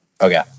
Okay